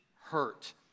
hurt